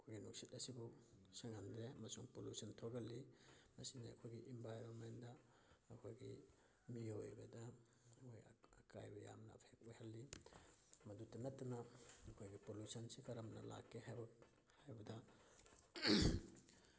ꯑꯩꯈꯣꯏꯒꯤ ꯅꯨꯡꯁꯤꯠ ꯑꯁꯤꯕꯨ ꯁꯦꯡꯍꯟꯗꯦ ꯑꯃꯁꯨꯡ ꯄꯣꯂꯨꯁꯟ ꯊꯣꯛꯍꯜꯂꯤ ꯃꯁꯤꯅ ꯑꯩꯈꯣꯏꯒꯤ ꯏꯟꯚꯥꯏꯔꯣꯟꯃꯦꯟꯗ ꯑꯩꯈꯣꯏꯒꯤ ꯃꯤꯑꯣꯏꯕꯗ ꯑꯩꯈꯣꯏ ꯑꯀꯥꯏꯕ ꯌꯥꯝꯅ ꯑꯦꯐꯦꯛ ꯑꯣꯏꯍꯜꯂꯤ ꯃꯗꯨꯇ ꯅꯠꯇꯅ ꯑꯩꯈꯣꯏꯒꯤ ꯄꯣꯂꯨꯁꯟꯁꯦ ꯀꯔꯝꯅ ꯂꯥꯛꯀꯦ ꯍꯥꯏꯕ ꯍꯥꯏꯕꯗ